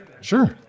Sure